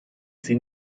sie